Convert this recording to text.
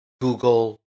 Google